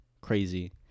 crazy